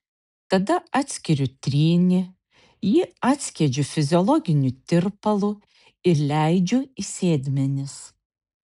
tada atskiriu trynį jį atskiedžiu fiziologiniu tirpalu ir leidžiu į sėdmenis